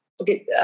Okay